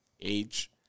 age